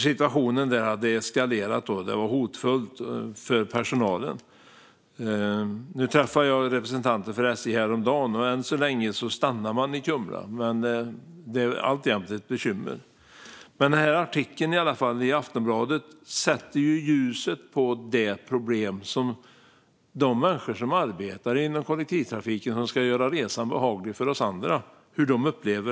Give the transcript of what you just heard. Situationen där hade eskalerat, och det var hotfullt för personalen. Jag träffade representanter för SJ häromdagen, och än så länge stannar man i Kumla. Men det är alltjämt ett bekymmer. Artikeln i Aftonbladet sätter ljuset på hur de människor som arbetar inom kollektivtrafiken och ska göra resan behaglig för oss andra upplever detta problem.